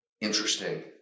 interesting